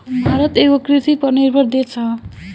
भारत एगो कृषि पर निर्भर देश ह